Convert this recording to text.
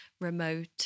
remote